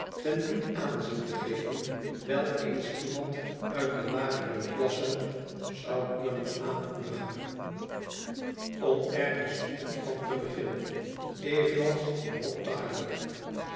ten dien aanzien te geven wel eens iemand uit de lagere klassen zou kunnen aanmoedigen om ergens een opstand te beginnen evenals wat tyler